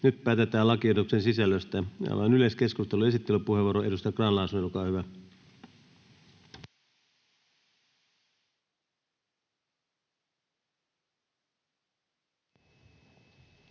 Nyt päätetään lakiehdotusten sisällöstä. — Avaan yleiskeskustelun. Esittelypuheenvuoro, edustaja Grahn-Laasonen, olkaa hyvä.